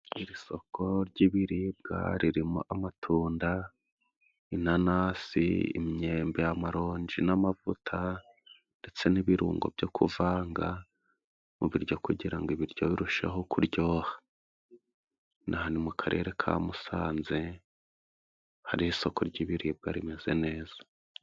Iri soko ry'ibiribwa ririmo: amatunda ,inanasi, imyembe, amaronji n'amavuta ndetse n'ibirungo byo kuvanga mu biryo kugira ngo ibiryo birusheho kuryoha.ni mu karere ka Musanze hari isoko ry'ibiribwa rimeze neza.